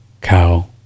cow